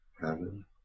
Heaven